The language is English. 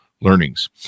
learnings